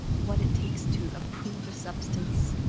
what it takes to approve a substance